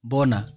Bona